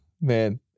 man